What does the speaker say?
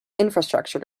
infrastructure